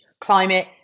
climate